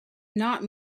not